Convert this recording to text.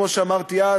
כמו שאמרתי אז,